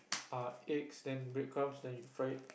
err eggs then breadcrumbs then you fry it